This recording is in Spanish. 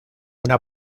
una